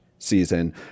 season